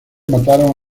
mataron